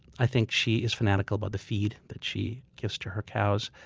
i think she is fanatical about the feed that she gives to her cows.